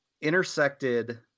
intersected